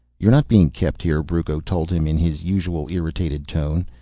you're not being kept here, brucco told him in his usual irritated tone.